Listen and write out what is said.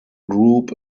group